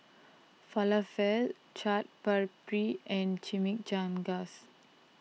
Falafel Chaat Papri and Chimichangas